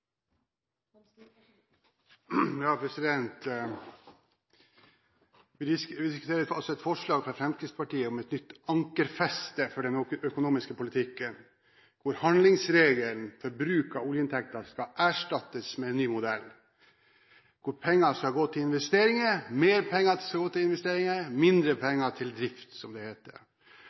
Vi diskuterer et forslag fra Fremskrittspartiet om et nytt ankerfeste for den økonomiske politikken, hvor handlingsregelen for bruk av oljeinntekter skal erstattes med en ny modell, og hvor mer penger skal gå til investeringer og mindre penger skal gå til drift, som det heter. Økte bevilgninger til investeringer skal i hovedsak knyttes til samfunnsøkonomisk lønnsomme investeringer. Det